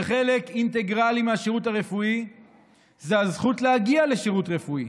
וחלק אינטגרלי מהשירות הרפואי זה הזכות להגיע לשירות רפואי